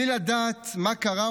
בלי לדעת מה קרה,